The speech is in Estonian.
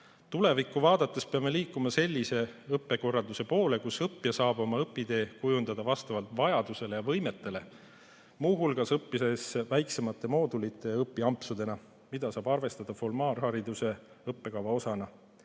Tulevikku vaadates peame liikuma sellise õppekorralduse poole, kus õppija saab oma õpitee kujundada vastavalt vajadusele ja võimetele, muu hulgas õppides väiksemate moodulite ja õpiampsudena, mida saab arvestada formaalhariduse õppekava osana.